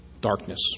Darkness